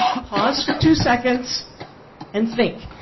pause for two seconds and think.